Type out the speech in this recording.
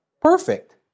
perfect